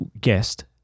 guest